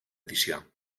edició